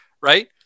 Right